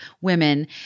women